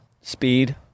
speed